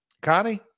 Connie